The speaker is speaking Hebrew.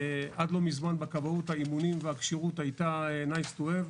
עד לא מזמן בכבאות האימונים והכשירות לא הייתה חובה.